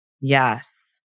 Yes